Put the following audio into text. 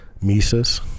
Mises